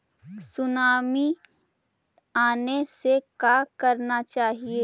Tsunami आने से का करना चाहिए?